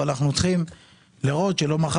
אבל אנחנו צריכים לראות שמשרד האוצר לא יבוא